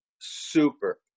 super